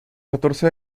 catorce